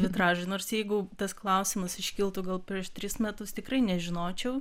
vitražai nors jeigu tas klausimas iškiltų gal prieš tris metus tikrai nežinočiau